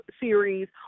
series